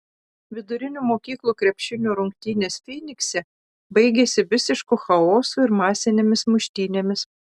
vidurinių mokyklų krepšinio rungtynės fynikse baigėsi visišku chaosu ir masinėmis muštynėmis